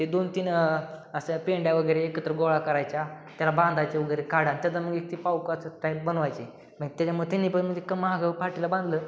ते दोन तीन असं पेंड्या वगेरे एकत्र गोळा करायच्या त्याला बांधायचे वगैरे काडा त्याचा मग ते पावकाचं टाईप बनवायचे मी त्याच्यामध्ये त्यांनी पण मग एक मागे पाटीला बांधलं